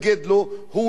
הוא יקר לך,